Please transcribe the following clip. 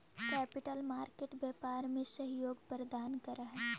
capital market व्यापार में सहयोग प्रदान करऽ हई